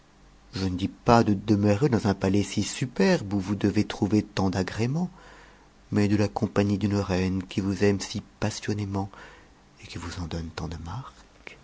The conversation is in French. je ne dis pas de demeurer dans un palais si superbe et où vous devez trouver tant d'agréments mais de la compagnie d'une reine qui vous aime si passionnément et qui vous en donne tant de marques